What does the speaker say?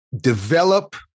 develop